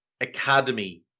academy